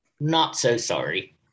not-so-sorry